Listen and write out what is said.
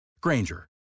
Granger